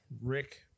Rick